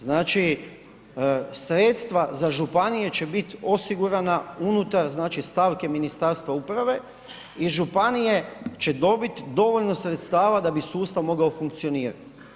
Znači, sredstva za županije će bit osigurana unutar stavke Ministarstva uprave i županije će dobit dovoljno sredstava da bi sustav mogao funkcionirati.